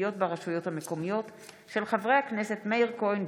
בהצעתם של חברי הכנסת מיכאל מלכיאלי,